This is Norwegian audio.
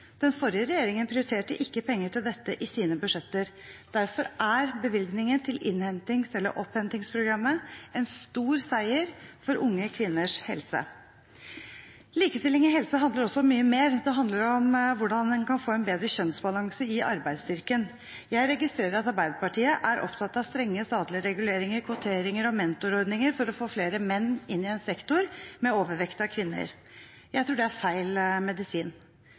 Den forrige regjeringen prioriterte ikke penger til dette i sine budsjetter. Derfor er bevilgningen til innhentings- eller opphentingsprogrammet en stor seier for unge kvinners helse. Likestilling innen helse handler også om mye mer. Det handler om hvordan en kan få en bedre kjønnsbalanse i arbeidsstyrken. Jeg registrerer at Arbeiderpartiet er opptatt av strenge statlige reguleringer, kvoteringer og mentorordninger for å få flere menn inn i en sektor med overvekt av kvinner. Jeg tror det er feil medisin.